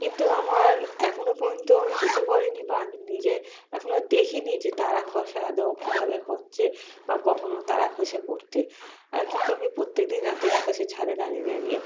কিন্তু আমার এখনও পর্যন্ত চোখে পড়েনি বা আমি নিজে এখনও দেখিনি যে তারা খসা আদৌ কীভাবে হচ্ছে বা কখনও তারা খসে পড়তে কিন্তু আমি প্রত্যেকদিন রাতের আকাশে ছাদে দাঁড়িয়ে দাঁড়িয়ে